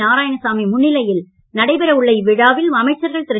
நாராயணசாமி முன்னிலையில் நடைபெற உள்ள இவ்விழாவில் அமைச்சர்கள் திரு